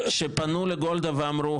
שפנו לגולדה ואמרו,